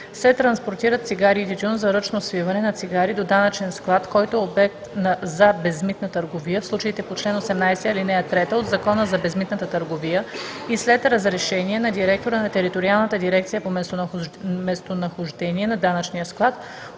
се транспортират цигари и тютюн за ръчно свиване на цигари до данъчен склад, който е обект за безмитна търговия, в случаите по чл. 18, ал. 3 от Закона за безмитната търговия и след разрешение на директора на териториалната дирекция по местонахождение на данъчния склад,